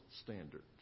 standards